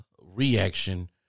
reaction